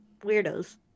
weirdos